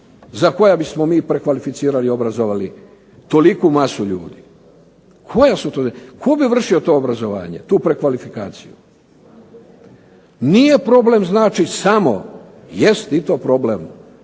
za koja bismo mi prekvalificirali i obrazovali toliku masu ljudi. Koja su to? Tko bi vršio ta obrazovanja, tu prekvalifikaciju? Nije problem samo jest i to problem,